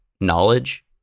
knowledge